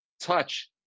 touch